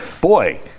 boy